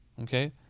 Okay